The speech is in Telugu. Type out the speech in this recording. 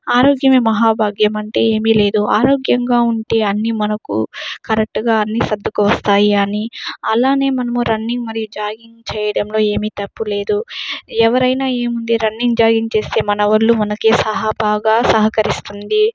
ఆరోగ్యమే మహాభాగ్యం అంటే ఏమీ లేదు ఆరోగ్యంగా ఉంటే అన్ని మనకు కరెక్ట్గా అన్ని సర్దుకు వస్తాయి అని అలానే మనము రన్నింగ్ మరియు జాగింగ్ చేయడంలో ఏమి తప్పులేదు ఎవరైనా ఏముంది రన్నింగ్ జాగింగ్ చేస్తే మన ఒళ్ళు మనకి స బాగా సహకరిస్తుంది